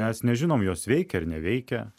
mes nežinom jos veikia ar neveikia